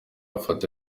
afata